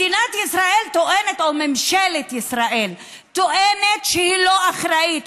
מדינת ישראל טוענת או ממשלת ישראל טוענת שהיא לא אחראית,